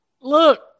Look